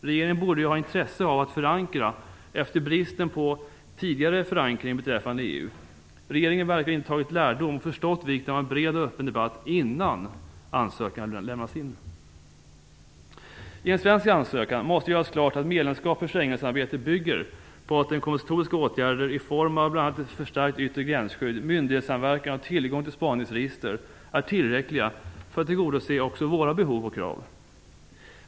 Regeringen borde ju ha intresse av att förankra efter bristen på tidigare förankring beträffande EU. Regeringen verkar inte att ha tagit lärdom av detta och förstått vikten av en bred och öppen debatt innan ansökan lämnas in. I en svensk ansökan måste det göras klart att ett medlemskap i Schengensamarbetet bygger på att de kompensatoriska åtgärderna, i form av bl.a. ett förstärkt yttre gränsskydd, myndighetssamverkan och tillgång till spaningsregister, är tillräckliga för att tillgodose också våra behov och krav.